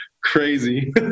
crazy